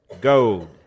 gold